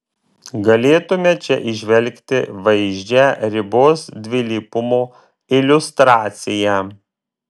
galėtume čia įžvelgti vaizdžią ribos dvilypumo iliustraciją